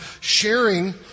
sharing